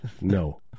No